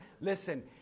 Listen